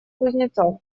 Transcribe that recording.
кузнецов